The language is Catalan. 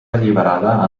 alliberada